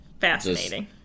Fascinating